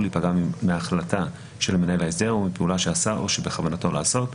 להיפגע מהחלטה של מנהל ההסדר או מפעולה שעשה או שבכוונתו לעשות,